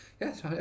Yes